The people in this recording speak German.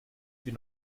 wir